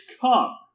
come